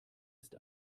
ist